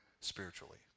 spiritually